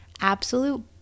absolute